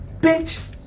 Bitch